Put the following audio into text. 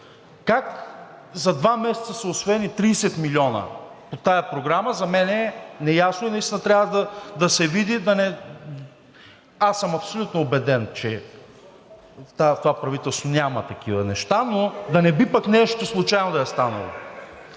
Как за два месеца са усвоени 30 милиона по тази програма, за мен е неясно и наистина трябва да се види. Аз съм абсолютно убеден, че в това правителство няма такива неща, но да не би пък нещо случайно да е станало.